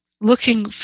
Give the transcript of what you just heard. looking